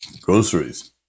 groceries